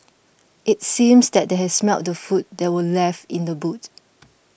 it seems that they had smelt the food that were left in the boot